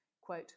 quote